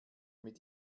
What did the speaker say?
mit